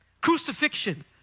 Crucifixion